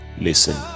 Listen